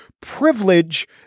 privilege